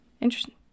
Interesting